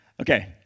Okay